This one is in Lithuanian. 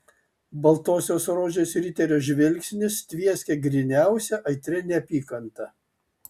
baltosios rožės riterio žvilgsnis tvieskė gryniausia aitria neapykanta